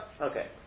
okay